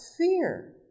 fear